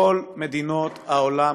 כל מדינות העולם